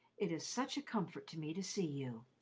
it is such a comfort to me to see you.